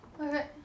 Okay